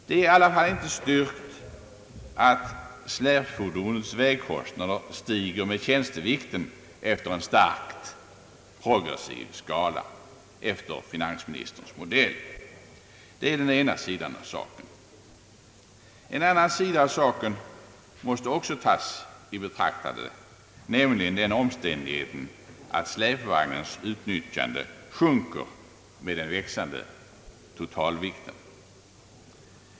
Det är i alla fall inte styrkt att släpfordonets vägkostnader stiger med totalvikten efter en starkt progressiv skala enligt finansministerns modell. Detta är den ena sidan av saken. En annan sida måste också tas i betraktande, nämligen den omständigheten att släpvagnens utnyttjande sjunker med den växande totalvikten.